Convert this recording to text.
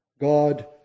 God